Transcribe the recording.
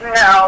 no